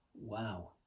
Wow